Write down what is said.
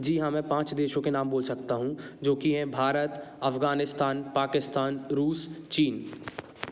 जी हाँ मैं पाँच देशों के नाम बोल सकता हूँ जो कि हैं भारत अफगानिस्तान पाकिस्तान रूस चीन